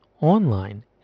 online